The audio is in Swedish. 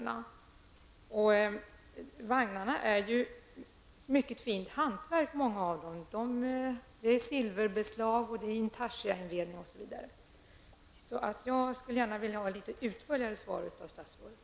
Många av dessa vagnar är mycket fint hantverk med silverbeslag och inredning i intarsia osv. Jag skulle gärna vilja få ett litet utförligare svar av statsrådet.